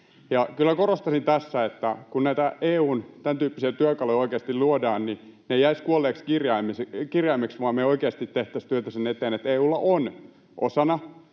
Kyllä korostaisin tässä, että kun näitä EU:n tämäntyyppisiä työkaluja oikeasti luodaan, niin ne eivät jäisi kuolleeksi kirjaimeksi, vaan me oikeasti tehtäisiin työtä sen eteen, että EU:lla on osana